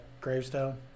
gravestone